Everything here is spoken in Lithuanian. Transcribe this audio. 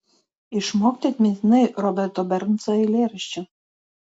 išmokti atmintinai roberto bernso eilėraščių